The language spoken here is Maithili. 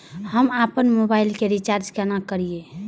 हम आपन मोबाइल के रिचार्ज केना करिए?